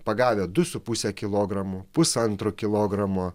pagavę du su puse kilogramo pusantro kilogramo